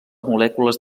molècules